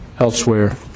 elsewhere